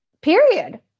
Period